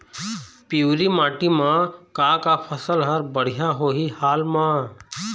पिवरी माटी म का का फसल हर बढ़िया होही हाल मा?